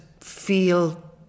feel